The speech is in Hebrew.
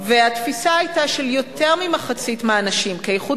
והתפיסה של יותר ממחצית מהאנשים היתה כי איכות